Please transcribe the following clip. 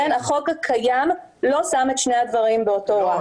החוק הקיים לא שם את שני הדברים באותו רף.